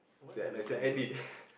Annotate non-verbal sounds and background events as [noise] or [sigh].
set lah set I_D [laughs]